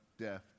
death